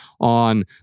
on